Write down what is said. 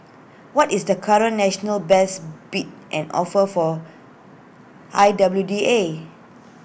what is the current national best bid and offer for I W D A